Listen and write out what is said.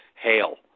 hail